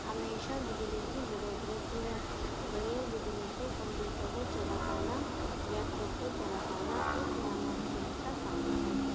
ہمیشہ بجلی کی ضرورت رہتی ہے بغیر بجلی سے کمپیوٹر کو چلا پانا لیپ ٹاپ کو چلا پانا ایک ناممکن سا کام ہے